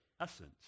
Essence